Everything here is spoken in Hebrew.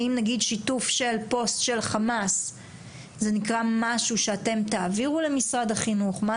האם נגיד שיתוף של פוסט של חמאס זה נקרא משהו שאתם תעבירו למשרד החינוך,